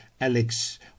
Alex